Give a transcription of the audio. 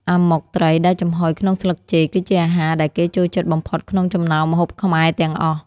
អាម៉ុកត្រីដែលចំហុយក្នុងស្លឹកចេក គឺជាអាហារដែលគេចូលចិត្តបំផុតក្នុងចំណោមម្ហូបខ្មែរទាំងអស់។